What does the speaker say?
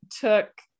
took